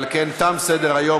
על כן, תם סדר-היום.